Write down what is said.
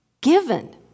Given